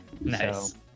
Nice